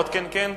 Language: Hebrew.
עוד "כן, כן"?